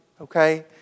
okay